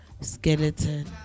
Skeleton